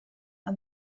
and